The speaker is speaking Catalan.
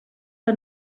que